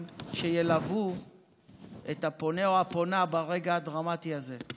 ילוו את הפונה או הפונה ברגע הדרמטי הזה.